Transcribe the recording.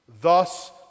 thus